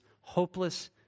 hopeless